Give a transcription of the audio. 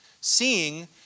Seeing